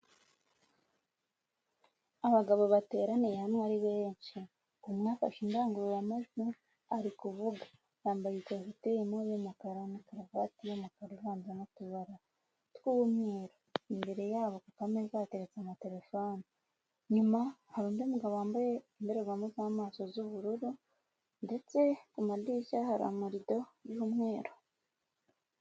Abagabo bateraniye hamwe ari benshi. Umwe afashe indangururamajwi ari kuvuga. Yambaye ikositimu y'umukara na karuvati y'umukara ivanze n'utubara tw'umweruru. Imbere yabo ku kameza hateretse amatelefone, nyuma hari undi mugabo wambaye indorerwamo z'amaso z'ubururu, ndetse ku madirishya hari amorido y'umweru.